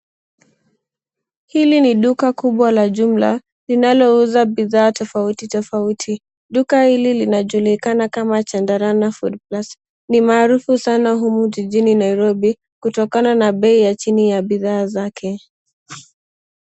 Hili ni duka kubwa la jumla linalouzwa bidhaa tofauti, tofauti. Duka hili linajulikana kama Chandarana Foodplus ni maarufu sana humu jijini Nairobi, kutokana na bei ya chini ya bidhaa zake.